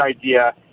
idea